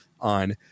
on